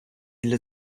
для